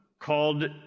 called